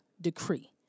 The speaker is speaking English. decree